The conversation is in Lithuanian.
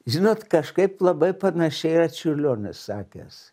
žinot kažkaip labai panašiai yra čiurlionis sakęs